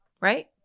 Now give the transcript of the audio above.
right